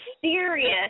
serious